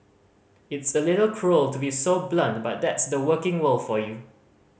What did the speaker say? it's a little cruel to be so blunt but that's the working world for you